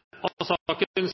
komiteen